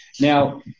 Now